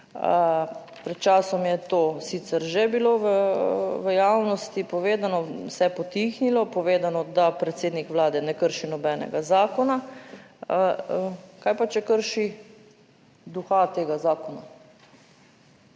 Pred časom je to sicer že bilo v javnosti povedano, vse potihnilo, povedano, da predsednik Vlade ne krši nobenega zakona. Kaj pa, če krši duha tega zakona?